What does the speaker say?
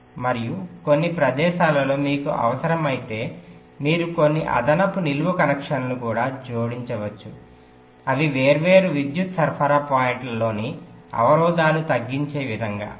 మరియు కొన్ని ప్రదేశాలలో మీకు అవసరమైతే మీరు కొన్ని అదనపు నిలువు కనెక్షన్లను కూడా జోడించవచ్చు అవి వేర్వేరు విద్యుత్ సరఫరా పాయింట్లలోని అవరోధాలు తగ్గించే విధంగా